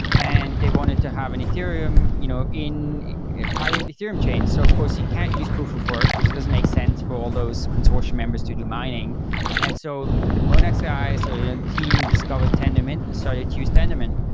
and they wanted to have an ethereum you know in private ethereum chain. so of course, you can't use proof of work, because it doesn't make sense for all those consortium members to do mining and so the monex guy, so you know team discovered tendermint, and so let's use tendermint.